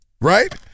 Right